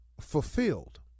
fulfilled